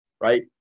right